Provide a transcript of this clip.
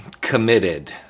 committed